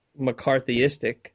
McCarthyistic